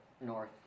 north